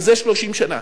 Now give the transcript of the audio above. זה 30 שנה.